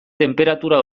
tenperatura